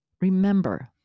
remember